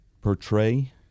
portray